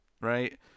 right